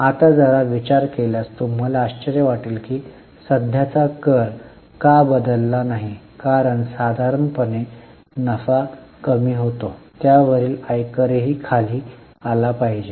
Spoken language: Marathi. आता जरा विचार केल्यास तुम्हाला आश्चर्य वाटेल की सध्याचा कर का बदलला नाही कारण साधारणपणे नफा कमी होतो त्यावरील आयकरही खाली आला पाहिजे